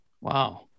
Wow